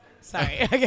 Sorry